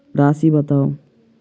राशि बताउ